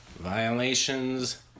violations